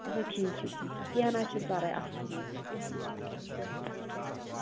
اَچھا ٹھیٖک چھُ ٹھیٖک چھُ کیٚنٛہہ نہَ حظ چھُنہٕ پَرواے اَسلامُ علیکُم اَسلام علیکُم